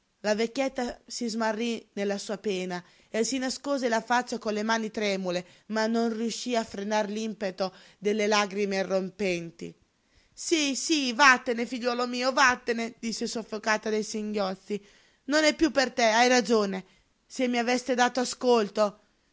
la vecchietta si smarrí nella sua pena e si nascose la faccia con le mani tremule ma non riuscí a frenar l'impeto delle lagrime irrompenti sí sí vattene figliuolo mio vattene disse soffocata dai singhiozzi non è piú per te hai ragione se mi aveste dato ascolto